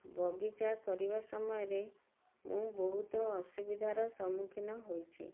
ବଗିଚା କରିବା ସମୟରେ ମୁଁ ବହୁତ ଅସୁବିଧାର ସମ୍ମୁଖୀନ ହୋଇଛି